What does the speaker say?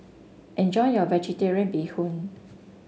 enjoy your vegetarian Bee Hoon